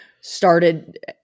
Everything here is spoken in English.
started